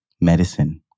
medicine